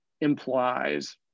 implies